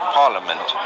parliament